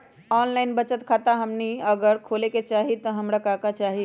Online बचत खाता हमनी अगर खोले के चाहि त हमरा का का चाहि?